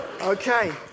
Okay